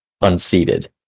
unseated